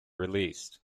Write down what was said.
released